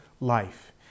life